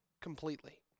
completely